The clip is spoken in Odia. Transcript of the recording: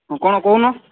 ହଁ କ'ଣ କହୁନ